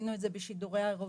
עשינו את זה בשידורי האירוויזיון.